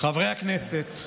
חברי הכנסת,